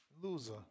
loser